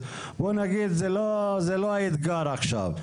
זה לא האתגר עכשיו.